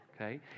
okay